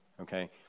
Okay